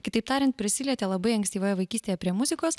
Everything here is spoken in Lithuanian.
kitaip tariant prisilietė labai ankstyvoje vaikystėje prie muzikos